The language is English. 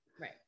right